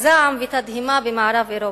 "זעם ותדהמה במערב אירופה",